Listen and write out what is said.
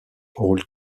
old